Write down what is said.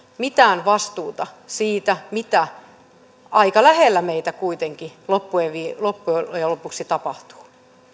mitään vastuuta siitä mitä siellä aika lähellä meitä kuitenkin loppujen lopuksi tapahtuu